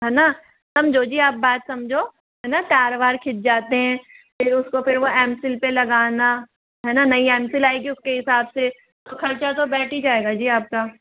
है ना समझो जी आप बात समझो है ना तार वार खिच जाते हैं फिर उसको फिर वो एमसील पर लगाना है ना नई एमसील आएगी उसके हिसाब से तो ख़र्च तो बैठ ही जाएगा जी आप का